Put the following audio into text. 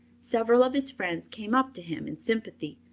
several of his friends came up to him in sympathy.